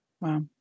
wow